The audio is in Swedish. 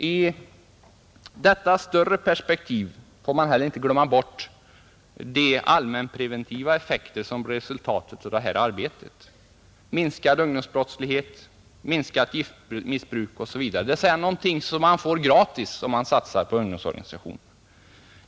I detta större perspektiv får man heller inte glömma bort den allmänpreventiva effekt som blir resultatet av detta arbete: minskad ungdomsbrottslighet, minskat giftmissbruk osv. Det är alltså någonting som man får gratis, om man satsar på ungdomsorganisationerna.